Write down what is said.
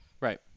Right